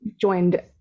joined